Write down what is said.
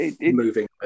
moving